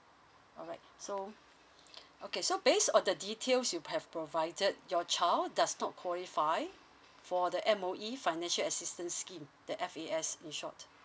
alright so okay so based on the details you have provided your child does not qualify for the M_O_E financial assistance scheme the F_A_S in short